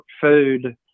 Food